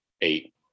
eight